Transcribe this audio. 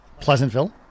Pleasantville